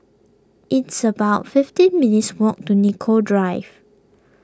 it's about fifteen minutes' walk to Nicoll Drive